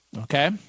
okay